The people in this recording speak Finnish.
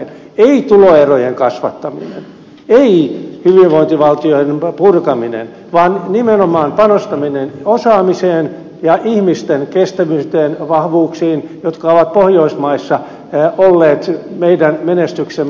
ei tuloerojen kasvattaminen ei hyvinvointivaltioiden purkaminen vaan nimenomaan panostaminen osaamiseen ja ihmisten kestävyyteen vahvuuksiin jotka ovat pohjoismaissa olleet meidän menestyksemme avaimia